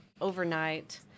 overnight